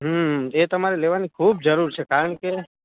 એ તમારે લેવાની ખૂબ જરૂર છે કારણ કે